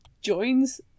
joins